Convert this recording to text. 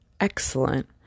Excellent